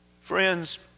Friends